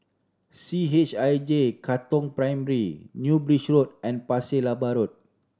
C H I J Katong Primary New Bridge Road and Pasir Laba Road